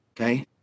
okay